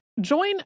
Join